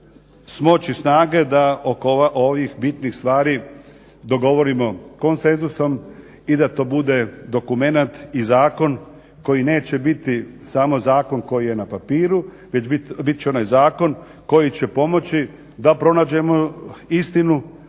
smoći snage da oko ovih bitnih stvari dogovorimo konsenzusom i da to bude dokument i zakon koji neće biti samo zakon koji je na papiru već bit će onaj zakon koji će pomoći da pronađemo istinu,